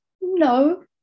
no